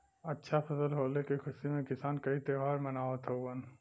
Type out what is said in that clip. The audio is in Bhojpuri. अच्छा फसल होले के खुशी में किसान कई त्यौहार मनावत हउवन